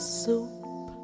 soup